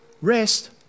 rest